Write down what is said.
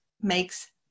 makes